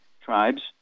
tribes